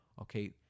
okay